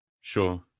Sure